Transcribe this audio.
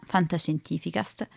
Fantascientificast